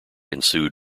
ensued